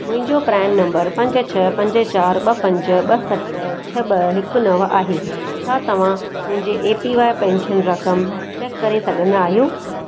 मुंहिंजो PAN number पंज छह पंज चारि ॿ पंज ॿ सत छ्ह ॿ हिकु नवं आहे छा तव्हां मुंहिंजी ए पी वाइ पेंशन रक़म चेक करे सघंदा आहियो